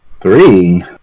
Three